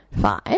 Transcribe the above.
five